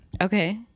Okay